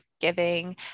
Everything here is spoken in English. giving